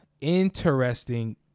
interesting